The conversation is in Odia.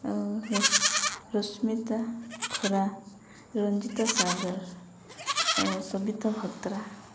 ଆଉ ର ରଶ୍ମିତା ଖରା ରଞ୍ଜିତା ସାଗର ଆଉ ସବିତା ଭତ୍ରା